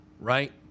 right